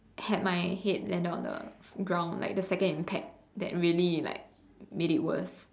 had my head landed on the ground like the second impact that really like made it worse